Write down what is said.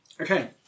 Okay